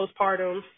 postpartum